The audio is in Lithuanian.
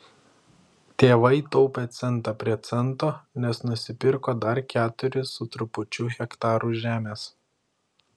tėvai taupė centą prie cento nes nusipirko dar keturis su trupučiu hektarų žemės